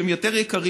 שהם יותר יקרים.